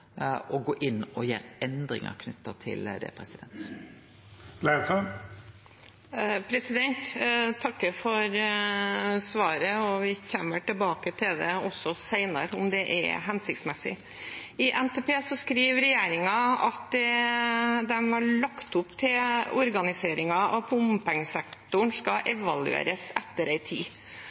å gå inn og gjere endringar knytte til det. Jeg takker for svaret. Vi kommer vel tilbake også senere til om det er hensiktsmessig. I NTP skriver regjeringen at de har lagt opp til at organiseringen av bompengesektoren skal evalueres etter en tid.